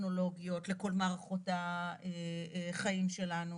טכנולוגיות לכל מערכות החיים שלנו.